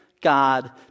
God